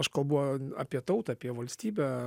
aš kalbu apie tautą apie valstybę